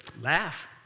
Laugh